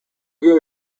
gave